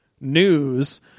news